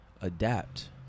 adapt